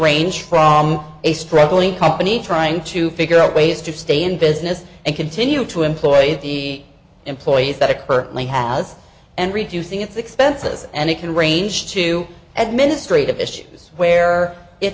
range from a struggling company trying to figure out ways to stay in business and continue to employ the employees that are currently has and reducing its expenses and it can range to administrative issues where if